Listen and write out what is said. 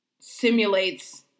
simulates